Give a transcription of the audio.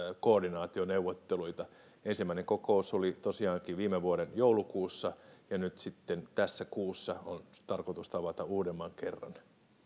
koordinaationeuvotteluita ensimmäinen kokous oli tosiaankin viime vuoden joulukuussa ja nyt sitten tässä kuussa on tarkoitus tavata uudemman kerran